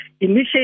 initiate